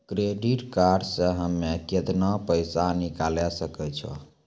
Credit card से हम्मे केतना पैसा निकाले सकै छौ?